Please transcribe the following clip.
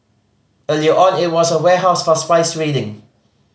earlier on it was a warehouse for spice trading